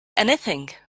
anything